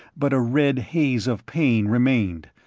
but a red haze of pain remained.